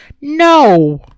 No